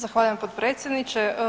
Zahvaljujem potpredsjedniče.